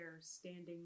standing